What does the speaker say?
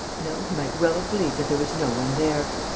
no, he might well have believed that there was no one there.